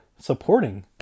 supporting